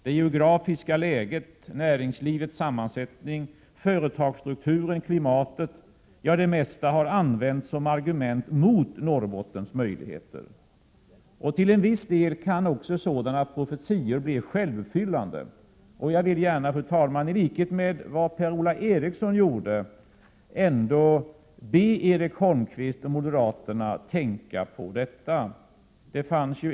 Det geografiska läget, näringslivets sammansättning, företagsstrukturen, klimatet, ja det mesta har använts såsom argument mot Norrbottens möjligheter. Till viss del kan också sådana profetior bli sjävuppfyllande. Jag vill gärna, fru talman, i likhet med vad Per-Ola Eriksson gjorde, ändå be Erik Holmkvist och andra moderater att tänka på detta.